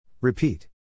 Repeat